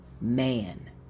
man